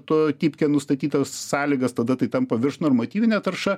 to tipke nustatytas sąlygas tada tai tampa viršnormatyvine tarša